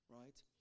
right